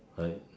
right